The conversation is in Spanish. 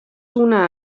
una